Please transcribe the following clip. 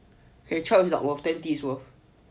twelve is not worth